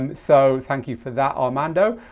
and so thank you for that, armando.